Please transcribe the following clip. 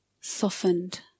softened